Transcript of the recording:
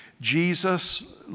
Jesus